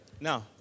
Now